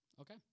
Okay